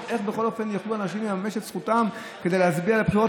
איך בכל אופן יוכלו אנשים לממש את זכותם כדי להצביע בבחירות?